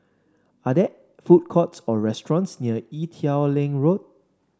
are there food courts or restaurants near Ee Teow Leng Road